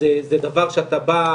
זה דבר שאתה בא,